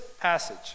passage